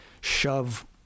shove